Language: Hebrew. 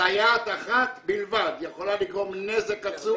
סייעת אחת בלבד יכולה לגרום נזק עצום